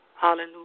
Hallelujah